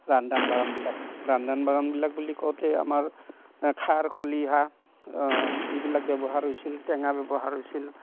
ৰান্ধন বাঢ়নবিলাক ৰান্ধন বাঢ়নবিলাক বুলি কওঁতে আমাৰ খাৰ খলিহা এইবিলাক ব্যৱহাৰ হৈছিল টেঙা ব্যৱহাৰ হৈছিল